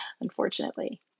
unfortunately